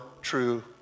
true